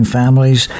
families